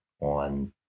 on